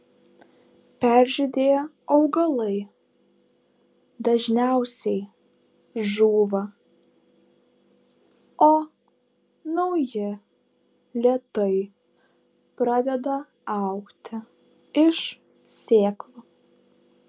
peržydėję augalai dažniausiai žūva o nauji lėtai pradeda augti iš sėklų